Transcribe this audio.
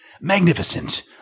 Magnificent